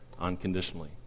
unconditionally